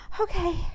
okay